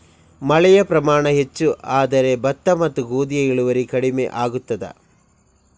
ಮಳೆಯ ಪ್ರಮಾಣ ಹೆಚ್ಚು ಆದರೆ ಭತ್ತ ಮತ್ತು ಗೋಧಿಯ ಇಳುವರಿ ಕಡಿಮೆ ಆಗುತ್ತದಾ?